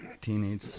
Teenage